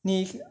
你